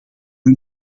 hun